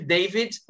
David